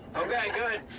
okay, good.